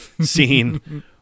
Scene